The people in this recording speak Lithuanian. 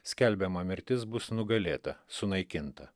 skelbiama mirtis bus nugalėta sunaikinta